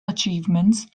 achievements